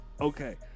Okay